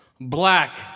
black